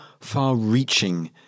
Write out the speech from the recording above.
far-reaching